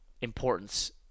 importance